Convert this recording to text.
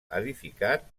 edificat